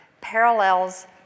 parallels